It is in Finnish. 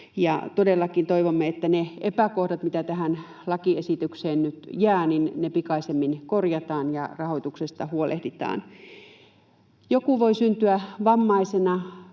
Todellakin toivomme, että ne epäkohdat, mitä tähän lakiesitykseen nyt jää, pikaisemmin korjataan ja rahoituksesta huolehditaan. Joku voi syntyä vammaisena,